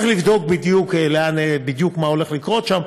צריך לבדוק בדיוק מה הולך לקרות שם,